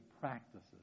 practices